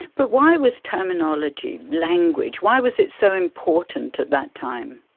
but why was terminology, language, why was it so important at that time?